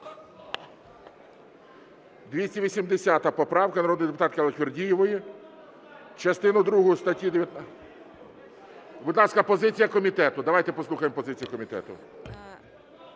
280 поправка, народної депутатки Аллахвердієвої. "Частину другу статті…" Будь ласка, позиція комітету. Давайте послухаємо позицію комітету.